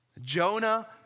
Jonah